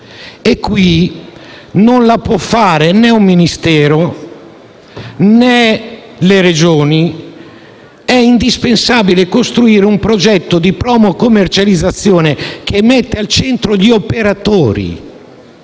E questo non lo possono fare né un Ministero, né le Regioni. È indispensabile costruire un progetto di promo-commercializzazione che metta al centro gli operatori